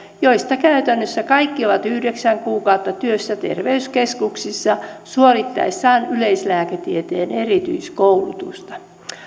joista käytännössä kaikki ovat yhdeksän kuukautta työssä terveyskeskuksissa suorittaessaan yleislääketieteen erityiskoulutusta